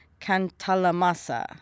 Cantalamasa